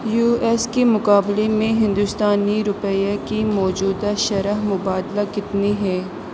you S کے مقابلے میں ہندوستانی روپیے کی موجودہ شرح مبادلہ کتنی ہے